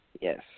yes